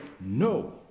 no